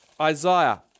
Isaiah